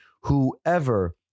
Whoever